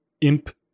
imp